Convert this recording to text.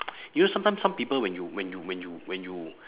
you know sometimes some people when you when you when you when you